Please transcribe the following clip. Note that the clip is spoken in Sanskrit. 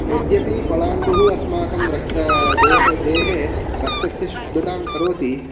यद्यपि पलाण्डुः अस्माकं रक्तः देह देहे रक्तस्य शुद्धतां करोति